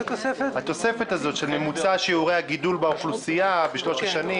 התוספת של ממוצע שיעורי הגידול באוכלוסייה בשלוש שנים.